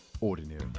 ordinary